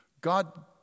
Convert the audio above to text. God